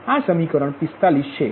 આ સમીકરણ 45 છે